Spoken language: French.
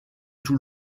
tout